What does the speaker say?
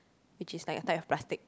which is like a type of plastic